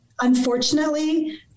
Unfortunately